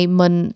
mình